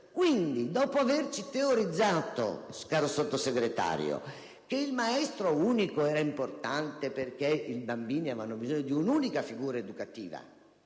Quindi, dopo averci teorizzato, caro Sottosegretario, che il maestro unico era importante, perché i bambini avevano bisogno di un'unica figura educativa